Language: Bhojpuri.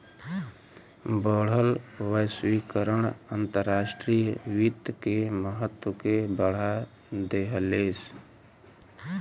बढ़ल वैश्वीकरण अंतर्राष्ट्रीय वित्त के महत्व के बढ़ा देहलेस